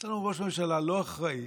יש לנו ראש ממשלה לא אחראי,